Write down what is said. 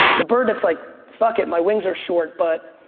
the bird that's like fuck it my wings are short but